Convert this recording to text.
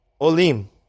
olim